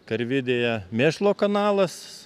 karvidėje mėšlo kanalas